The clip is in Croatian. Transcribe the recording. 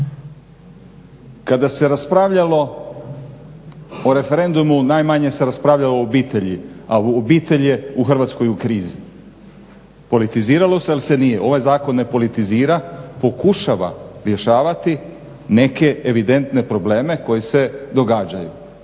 Kada se raspravljalo o referendumu najmanje se raspravljalo o obitelji, a obitelj je u Hrvatskoj u krizi. Politiziralo se ali se nije. Ovaj zakon ne politizira, pokušava rješavati neke evidentne probleme koji se događaju.